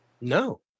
No